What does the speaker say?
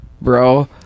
bro